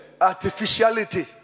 Artificiality